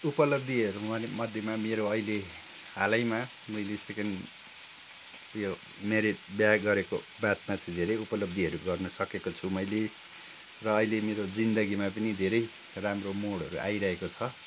उपलब्धिहरू मध्येमा मेरो अहिले हालमा मैले सेकेन्ड यो म्यारिड बिहा गरेको बादमा चाहिँ धेरै उपलब्धिहरू गर्न सकेको छु मैले र अहिले मेरो जिन्दगीमा पनि धेरै राम्रो मोडहरू आइरहेको छ